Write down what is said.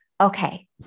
okay